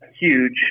Huge